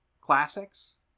Classics